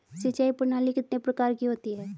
सिंचाई प्रणाली कितने प्रकार की होती हैं?